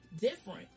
different